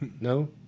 No